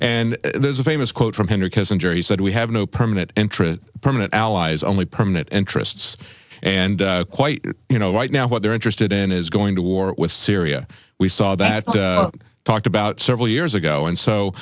and there's a famous quote from henry kissinger he said we have no permanent interest permanent allies only permanent interests and quite you know right now what they're interested in is going to war with syria we saw that talked about several years ago and so